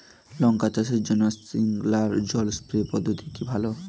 লঙ্কা চাষের জন্য স্প্রিংলার জল সেচ পদ্ধতি কি ভালো?